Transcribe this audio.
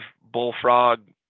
Bullfrog